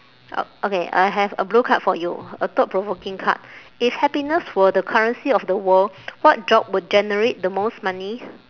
uh okay I have a blue card for you a thought provoking card if happiness were the currency of the world what job would generate the most money